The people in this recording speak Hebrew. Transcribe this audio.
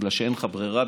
בגלל שאין לך ברירה,